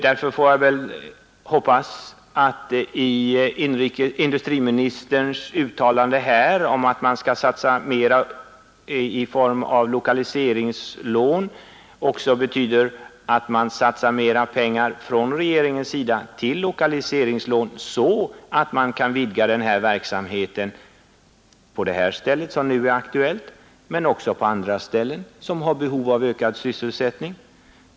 Därför hoppas jag att industriministerns uttalande om att man skall satsa mera i form av lokaliseringslån också betyder att man satsar mera pengar från regeringens sida så att verksamheten kan utvidgas på det ställe som nu är aktuellt men också på andra ställen som har behov av ökad sysselsättning.